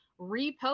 repost